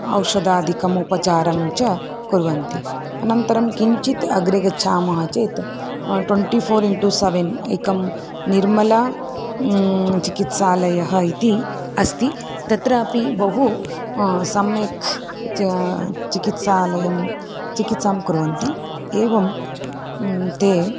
औषधादिकम् उपचारं च कुर्वन्ति अनन्तरं किञ्चित् अग्रे गच्छामः चेत् ट्वेण्टि फ़ोर् इन्टु सेवेन् एकं निर्मला चिकित्सालयः इति अस्ति तत्रापि बहु सम्यक् चिकित्सालयं चिकित्सां कुर्वन्ति एवं ते